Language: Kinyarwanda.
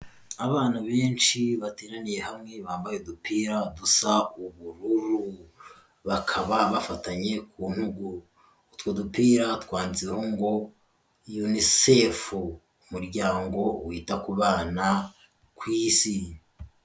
Abana benshi bateraniye hamwe bambaye udupira dusa ubururu, bakaba bafatanye ku ntugu, utwo dupira twanditseho ngo Unicef umuryango wita ku bana ku Isi.